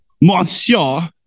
Monsieur